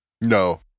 No